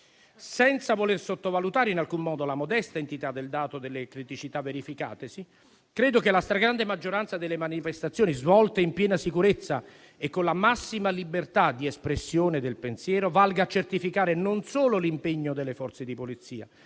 Senza voler sottovalutare in alcun modo la modesta entità del dato delle criticità verificatesi, credo che la stragrande maggioranza delle manifestazioni svolte in piena sicurezza e con la massima libertà di espressione del pensiero valga a certificare non solo l'impegno delle Forze di polizia,